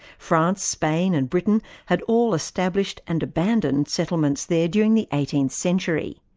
france, spain and britain had all established and abandoned settlements there during the eighteenth century.